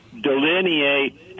delineate